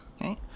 okay